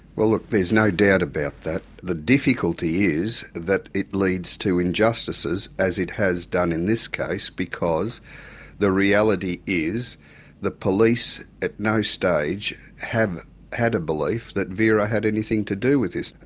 well look, there's no doubt about that. the difficulty is that it leads to injustices, as it has done in this case, because the reality is the police at no stage had a belief that vera had anything to do with this.